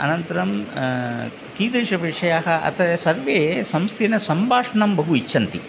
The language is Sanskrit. अनन्तरं कीदृशाः विषयाः अत्र सर्वे संस्थिनाः सम्भाषणं बहु इच्छन्ति